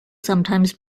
sometimes